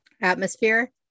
atmosphere